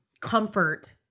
comfort